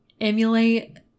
emulate